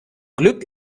glück